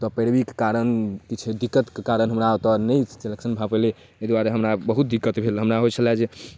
पैरवीके कारण किछु दिक्कतके कारण हमरा ओतऽ नहि सेलेक्शन भऽ पेलै एहि दुआरे हमरा बहुत दिक्कत भेल हँ हमरा होइ छलै जे